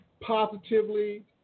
positively